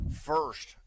first